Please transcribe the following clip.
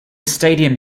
stadium